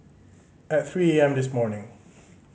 at three A M this morning